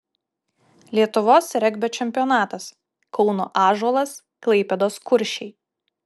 lietuvos regbio čempionatas kauno ąžuolas klaipėdos kuršiai